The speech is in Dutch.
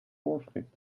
voorschrift